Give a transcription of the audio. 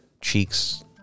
cheeks